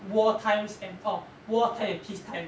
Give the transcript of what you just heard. war times and orh war time and peace time